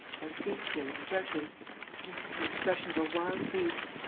that bestial expression yes, the expression of a wild beast.